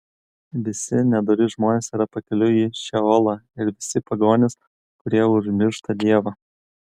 visi nedori žmonės yra pakeliui į šeolą ir visi pagonys kurie užmiršta dievą